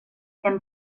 hem